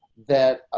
that